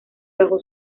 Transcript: bajo